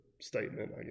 statement